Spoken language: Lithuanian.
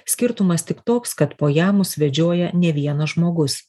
skirtumas tik toks kad po ją mus vedžioja ne vienas žmogus